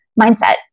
mindset